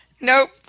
Nope